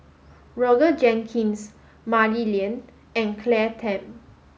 Roger Jenkins Mah Li Lian and Claire Tham